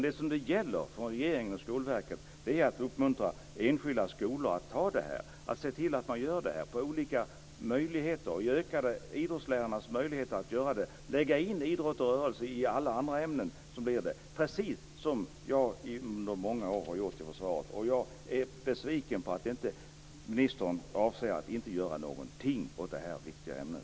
Det som gäller för regeringen och Skolverket är att uppmuntra enskilda skolor att se till att göra det här, att ge ökade möjligheter, att öka idrottslärarnas möjligheter göra det och att lägga in idrott och rörelse i alla andra ämnen - precis som jag under många år har gjort i försvaret. Jag är besviken på att ministern inte avser att göra någonting åt det här viktiga ämnet.